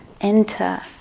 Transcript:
enter